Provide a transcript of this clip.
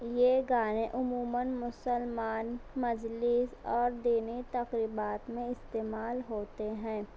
یہ گانے عموما مسلمان مجلس اور دینی تقریبات میں استعمال ہوتے ہیں